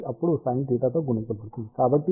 కాబట్టి ఇది ఇప్పుడు sinθ తో గుణించబడుతుంది